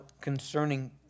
concerning